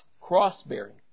Cross-bearing